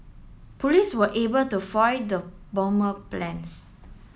police were able to foil the bomber plans